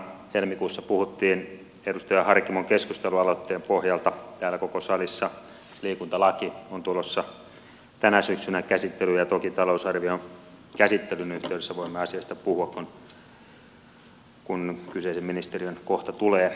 helmikuussa siitä puhuttiin edustaja harkimon keskustelualoitteen pohjalta täällä koko salissa liikuntalaki on tulossa tänä syksynä käsittelyyn ja toki talousarvion käsittelyn yhteydessä voimme asiasta puhua kun kyseisen ministeriön kohta tulee